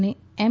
અને એમ